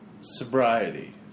sobriety